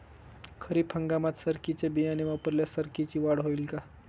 खरीप हंगामात सरकीचे बियाणे वापरल्यास सरकीची वाढ होईल का?